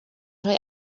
rhoi